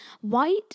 White